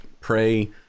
pray